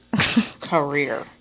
Career